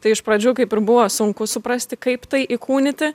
tai iš pradžių kaip ir buvo sunku suprasti kaip tai įkūnyti